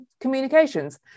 communications